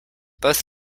both